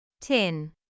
Tin